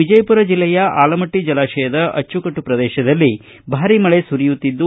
ವಿಜಯಪುರ ಜಿಲ್ಲೆಯ ಆಲಮಟ್ಟ ಜಲಾಶಯದ ಅಚ್ಚುಕಟ್ಟು ಪ್ರದೇಶದಲ್ಲಿ ಭಾರೀ ಮಳಿ ಸುರಿಯುತ್ತಿದ್ದು